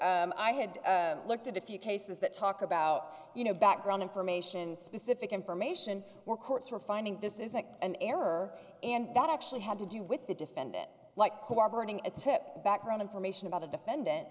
i had looked at a few cases that talk about you know background information specific information or courts were finding this isn't an error and that actually had to do with the defendant like cooperating a tip background information about a defendant